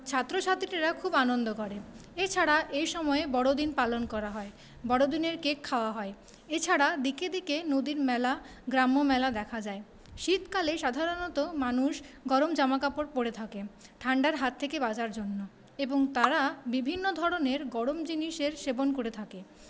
ছাত্রছাত্রীরা খুব আনন্দ করে এছাড়া এই সময়ে বড়দিন পালন করা হয় বড়দিনের কেক খাওয়া হয় এছাড়া দিকে দিকে নদীর মেলা গ্রাম্য মেলা দেখা যায় শীতকালে সাধারণত মানুষ গরম জামাকাপড় পড়ে থাকে ঠান্ডার হাত থেকে বাঁচার জন্য এবং তারা বিভিন্ন ধরনের গরম জিনিসের সেবন করে থাকে